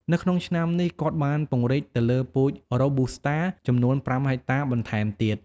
នៅក្នុងឆ្នាំនេះ គាត់បានពង្រីកទៅលើពូជ Robusta ចំនួន៥ហិកតាបន្ថែមទៀត។